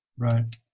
Right